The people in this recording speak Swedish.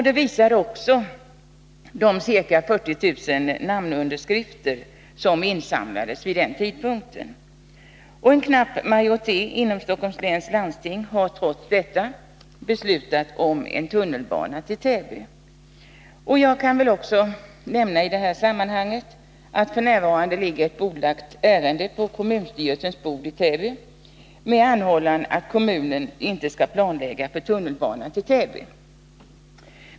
Det visar också de ca 40 000 namnunderskrifter som insamlades vid den tidpunkten. En knapp majoritet inom Stockholms läns landsting har trots detta beslutat om en tunnelbana till Täby. Jag kan också i detta sammanhang nämna att det hos kommunstyrelsen i Täby f. n. finns ett bordlagt ärende, med anhållan att kommunen inte skall planlägga för tunnelbana till Täby.